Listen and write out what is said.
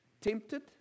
Tempted